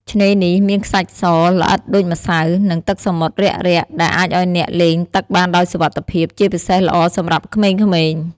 ឆ្នេរនេះមានខ្សាច់សល្អិតដូចម្សៅ និងទឹកសមុទ្ររាក់ៗដែលអាចឲ្យអ្នកលេងទឹកបានដោយសុវត្ថិភាព ជាពិសេសល្អសម្រាប់ក្មេងៗ។